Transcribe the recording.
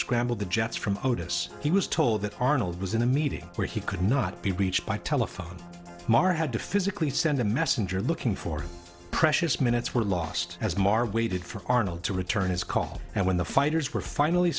scramble the jets from notice he was told that arnold was in a meeting where he could not be reached by telephone marc had to physically send a messenger looking for precious minutes were lost as more waited for arnold to return his call and when the fighters were finally